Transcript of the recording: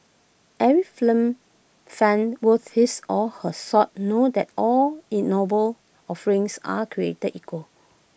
every film fan worth his or her salt know that all ignoble offerings are created equal